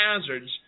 hazards